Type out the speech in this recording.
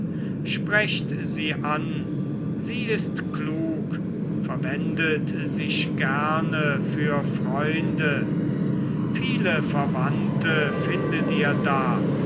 sprecht sie an sie ist klug verwendet sich gerne für freunde viele verwandte findet ihr da